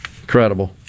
Incredible